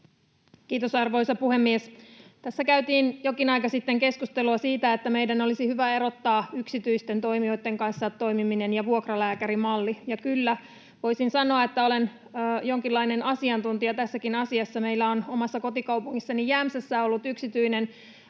Kiitos, arvoisa puhemies! Tässä käytiin jokin aika sitten keskustelua siitä, että meidän olisi hyvä erottaa yksityisten toimijoitten kanssa toimiminen ja vuokralääkärimalli. Ja kyllä, voisin sanoa, että olen jonkinlainen asiantuntija tässäkin asiassa. Meillä on omassa kotikaupungissani Jämsässä ollut yksityinen